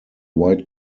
white